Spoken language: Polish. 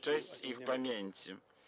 Cześć ich pamięci!